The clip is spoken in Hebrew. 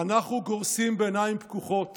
"אנחנו גורסים בעיניים פקוחות